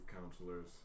counselors